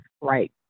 Right